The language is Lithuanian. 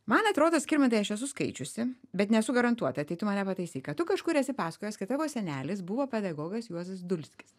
man atrodo skirmantai aš esu skaičiusi bet nesu garantuota tai tu mane pataisyk kad tu kažkur esi pasakojęs kad tavo senelis buvo pedagogas juozas dulskis